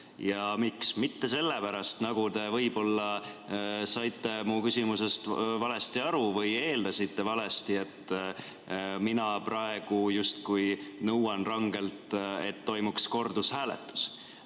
Miks? Mitte sellepärast, nagu te võib-olla saite mu küsimusest valesti aru või eeldasite valesti, et mina praegu justkui nõuan rangelt, et toimuks kordushääletus.